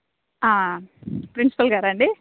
principal గారా అండి